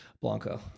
Blanco